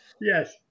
yes